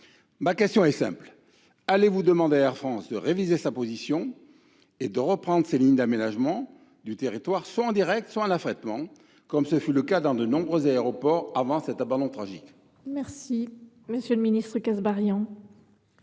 ma question est simple : allez vous demander à Air France de réviser sa position et de reprendre ces lignes d’aménagement du territoire, soit en direct, soit en affrètement, comme il le faisait dans de nombreux aéroports avant cet abandon tragique ? La parole est à M. le ministre délégué.